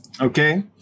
okay